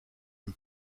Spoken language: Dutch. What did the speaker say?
een